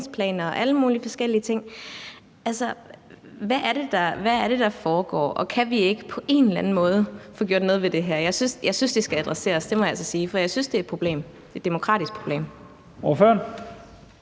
hvad er det, der foregår? Og kan vi ikke på en eller anden måde få gjort noget ved det her? Jeg synes, at det skal adresseres, det må jeg altså sige,